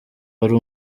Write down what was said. ari